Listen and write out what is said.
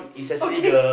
okay